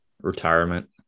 Retirement